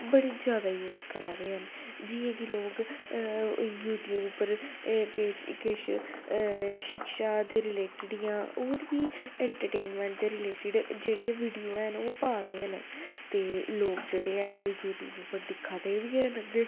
बड़ी जैदा यूज करै दे न जि'यां कि लोग अ यू ट्यूब उप्पर अ किश किश अ शिक्षा दे रिलेटेड या होर बी एंटरटेनमैंट दे रिलेटेड जेह्ड़ियां वीडियो हैन ओह् पा दे हैन ते लोग जेह्ड़े हैन ओह् यू ट्यूब उप्पर दिक्खै दे बी हैन अग्गें